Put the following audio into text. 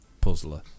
puzzler